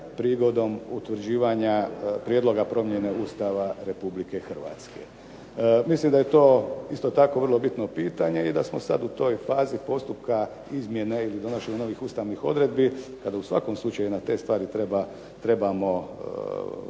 prigodom utvrđivanja prijedloga promjene Ustava Republike Hrvatske. Mislim da je to isto tako vrlo bitno pitanje i da smo sada u toj fazi postupka izmijene ili donošenje novih Ustavnih odredbi kada u svakom slučaju na te stvari trebamo dodatno